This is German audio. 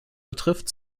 betrifft